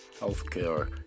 Healthcare